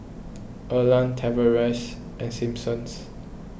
Erland Tavares and Simpson's